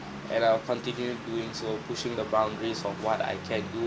and I'll continue doing so pushing the boundaries of what I can do